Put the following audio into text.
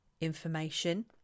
information